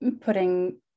putting